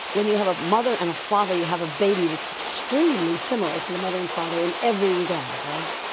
when you have a mother and a father you have a baby that's extremely similar to the mother and father in every regard, right?